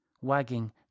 wagging